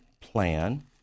plan